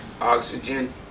oxygen